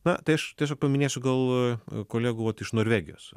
na tai aš paminėsiu gal kolegų vat iš norvegijos